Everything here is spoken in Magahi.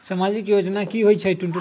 समाजिक योजना की होई छई?